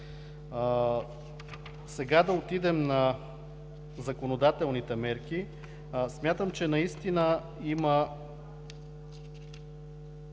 Сега да отидем на законодателните мерки. Смятам, че наистина има